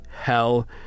hell